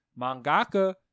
mangaka